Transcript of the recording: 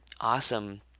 awesome